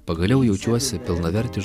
pagaliau jaučiuosi pilnavertis